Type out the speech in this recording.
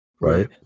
Right